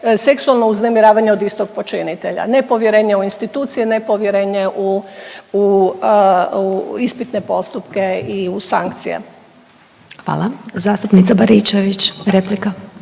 seksualno uznemiravane od istog počinitelja. Nepovjerenje u institucije, nepovjerenje u ispitne postupke i u sankcije. **Glasovac, Sabina (SDP)** Hvala.